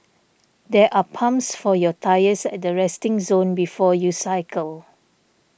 there are pumps for your tyres at the resting zone before you cycle